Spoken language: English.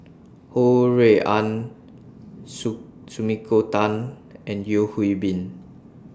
Ho Rui An Sumiko Tan and Yeo Hwee Bin